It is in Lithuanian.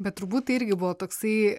bet turbūt irgi buvo toksai